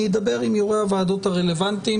אני אדבר עם יו"רי הוועדות הרלוונטיים.